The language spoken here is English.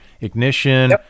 ignition